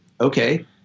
Okay